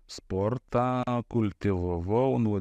sportą kultivavau nuo